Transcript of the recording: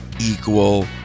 equal